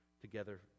together